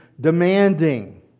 demanding